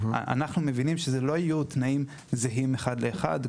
אנחנו מבינים שאלה לא יהיו תנאים זהים אחד לאחד.